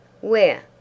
Where